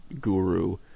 guru